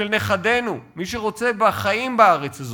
של נכדינו, מי שרוצה חיים בארץ הזאת,